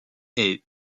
est